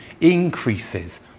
increases